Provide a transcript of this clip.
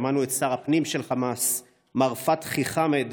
שמענו את שר הפנים של חמאס מר פתחי חמאד